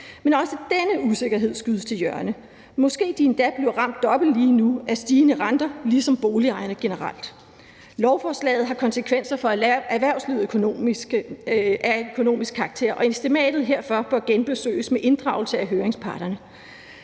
men også denne usikkerhed skydes til hjørne. Måske bliver de endda ramt dobbelt lige nu af stigende renter, ligesom boligejerne generelt gør det. Lovforslaget har konsekvenser for erhvervslivet af økonomisk karakter, og estimatet herfor bør genbesøges med inddragelse af høringsparterne.